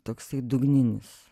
toksai dugninis